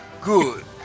good